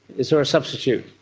is there a substitute?